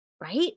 right